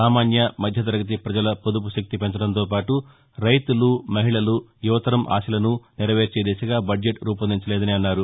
సామాన్య మధ్యతరగతి ప్రజల పొదుపు శక్తి పెంచడంతో పాటు రైతులు మహిళలు యువతరం ఆశలను నెరవేర్చే దిశగా బద్జెట్ రూపొందించలేదన్నారు